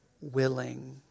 willing